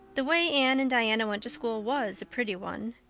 the way anne and diana went to school was a pretty one.